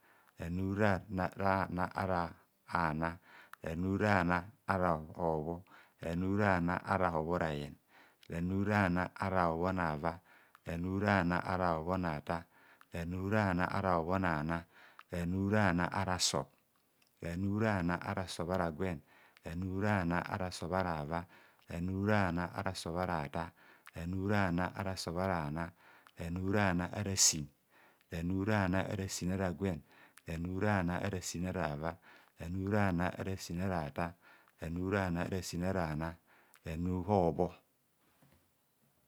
Ranu rana ara ana ranurana ara hobho, ranu rana ara hobhorayen, ranurana ara hobhonava, ranu rana ara obhonatar, ranu rana ara obhonana, ranu rana ara sub, ranu rana ara sub ara gwen, ranurana ara sub ara ava, ranurana ara sub ara atar ranu rana ara sub ara ana, ranurana ara sin, ranurana ara sin ara gwen ranurana ara sin arava ranurana ara sin ara tar, ranurana ara sin ara ana, ranu hobho